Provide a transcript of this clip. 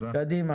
114. תיקון